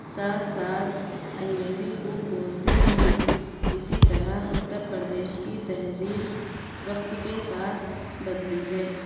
ساتھ ساتھ انگریزی خوب بولتے ہیں اسی طرح اتر پردیش کی تہذیب وقت کے ساتھ بدلی ہے